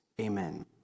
amen